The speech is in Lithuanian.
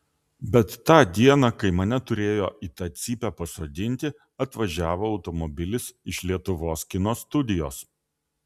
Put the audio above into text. bet tą dieną kai mane turėjo į tą cypę pasodinti atvažiavo automobilis iš lietuvos kino studijos